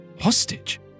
Hostage